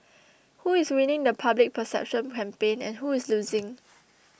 who is winning the public perception campaign and who is losing